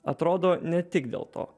atrodo ne tik dėl to